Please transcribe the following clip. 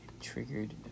triggered